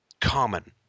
common